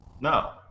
No